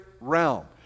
realm